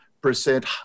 percent